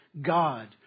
God